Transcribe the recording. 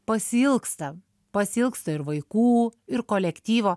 pasiilgsta pasiilgsta ir vaikų ir kolektyvo